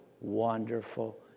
wonderful